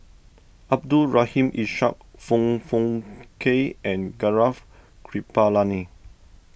Abdul Rahim Ishak Foong Fook Kay and Gaurav Kripalani